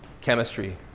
chemistry